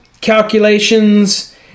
calculations